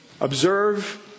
Observe